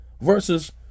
versus